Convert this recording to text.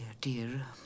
dear